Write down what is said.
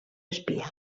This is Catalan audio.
espia